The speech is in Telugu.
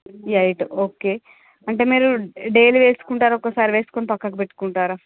ఎయిట్ ఓకే అంటే మీరు డైలీ వేసుకుంటారా ఒకోసారి వేసుకొని పక్కన పెట్టుకుంటారా